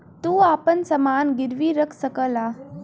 तू आपन समान गिर्वी रख सकला